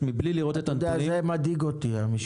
מבלי לראות את הנתונים --- המשפט הזה מדאיג אותי.